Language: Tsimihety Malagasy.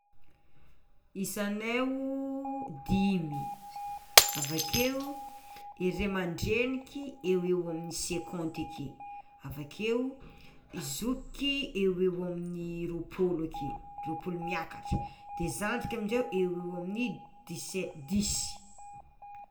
Isanay o dimy avakeo e ray aman-dreniky eoeo amin'ny cinquante ake, avakeo i zokiky eoeo amin'ny roapolo ake, roapolo miakatra, de zandriky amizay eoeo amin'ny dix e dix.